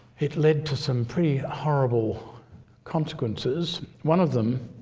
it led to some pretty horrible consequences. one of them